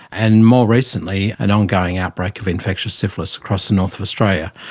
and more recently an ongoing outbreak of infectious syphilis across the north of australia.